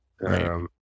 right